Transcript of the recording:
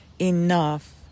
enough